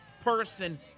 person